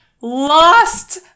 Lost